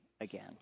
again